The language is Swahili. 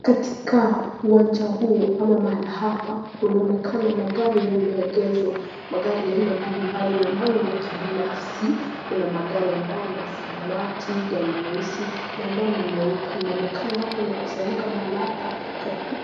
Katika uwanja huu ama mahala hapa kunaonekana magari yameegezwa, magari aina mbali mbali na ambayo ni ya kibinafsi kuna magari ambayo ni ya samawati, gari nyeusi na ambayo ni meupe inaonekana watu wamekusanyika mahala hapa